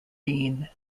bean